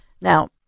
Now